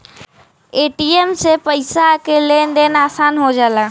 ATM से पइसा के लेन देन आसान हो जाला